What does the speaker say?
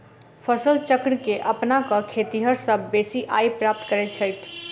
फसल चक्र के अपना क खेतिहर सभ बेसी आय प्राप्त करैत छथि